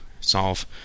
solve